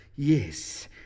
Yes